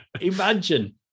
Imagine